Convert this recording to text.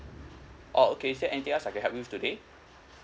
oh okay is there anything else I can help you with today